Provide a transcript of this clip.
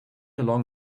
along